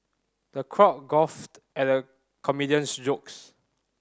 the crowd guffawed at the comedian's jokes